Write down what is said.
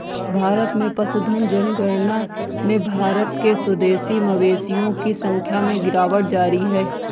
भारत में पशुधन जनगणना में भारत के स्वदेशी मवेशियों की संख्या में गिरावट जारी है